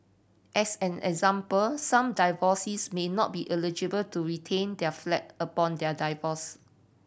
as an example some divorcees may not be eligible to retain the flat upon their divorce